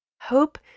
Hope